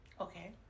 okay